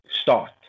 start